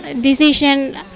decision